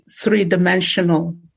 three-dimensional